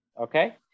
Okay